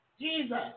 Jesus